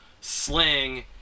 sling